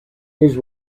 his